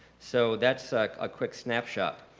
so that's a quick snapshot.